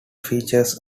features